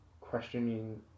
questioning